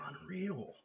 unreal